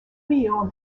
millions